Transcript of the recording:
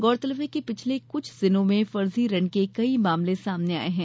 गौरतलब है कि पिछले कुछ दिनों में फर्जी ऋण के कई मामले सामने आये हैं